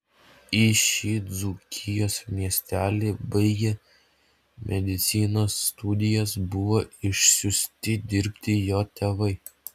į šį dzūkijos miestelį baigę medicinos studijas buvo išsiųsti dirbti jo tėvai